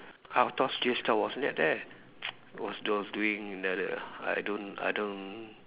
I was thought Jay Chou was th~ there was was those doing another I don't I don't